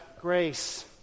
grace